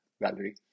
Valerie